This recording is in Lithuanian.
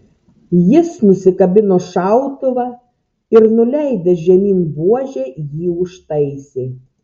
jis nusikabino šautuvą ir nuleidęs žemyn buožę jį užtaisė